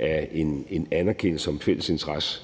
af en anerkendelse af fælles interesse.